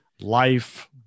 life